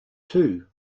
two